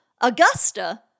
Augusta